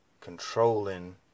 controlling